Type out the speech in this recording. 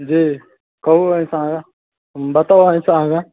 जी कहू एहिसँ आगाँ बताउ एहिसँ आगाँ